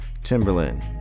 Timberland